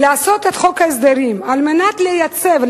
לעשות את חוק ההסדרים על מנת לייצב,